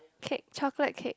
cake chocolate cake